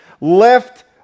left